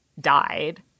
died